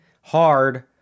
hard